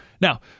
Now